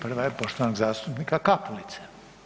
Prva je poštovanog zastupnika Kapulice.